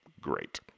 Great